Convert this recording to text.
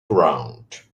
ground